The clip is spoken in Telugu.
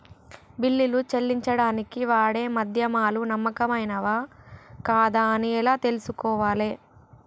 బిల్లులు చెల్లించడానికి వాడే మాధ్యమాలు నమ్మకమైనవేనా కాదా అని ఎలా తెలుసుకోవాలే?